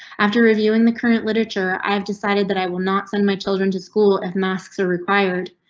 after reviewing the current literature, i've decided that i will not send my children to school if masks are required.